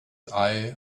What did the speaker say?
eye